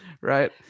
right